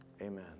Amen